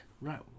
right